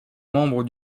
membre